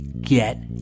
get